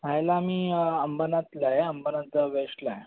राहायला मी अंबरनाथला आहे अंबरनाथला वेश्टला आहे